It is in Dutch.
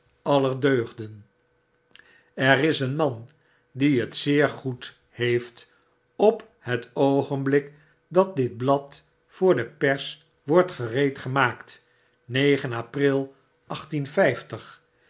aller deugden er is een man die het zeer goed heeft op het oogenblik datditblad voor de pers wordt gereedgemaakt april